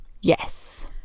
Yes